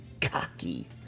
cocky